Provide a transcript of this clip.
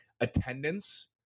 attendance